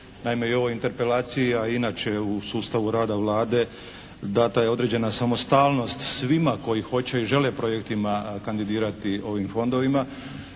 Naime, i u ovoj interpelaciji, a i inače u sustavu rada Vlade dana je određena samostalnost svima koji hoće i žele projektima kandidirati ovim fondovima